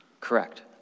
Correct